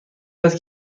است